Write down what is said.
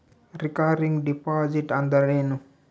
Recurring deposit ಅಂದರೇನು?